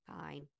Fine